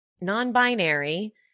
non-binary